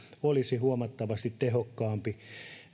olisi huomattavasti tehokkaampi